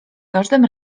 każdym